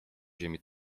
ziemi